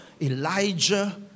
Elijah